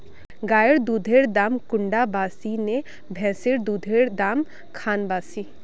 गायेर दुधेर दाम कुंडा बासी ने भैंसेर दुधेर र दाम खान बासी?